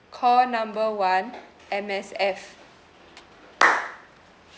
call number one M_S_F